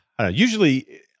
Usually